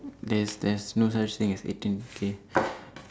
there's there's no such thing as eighteen K